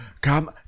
come